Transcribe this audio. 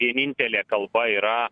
vienintelė kalba yra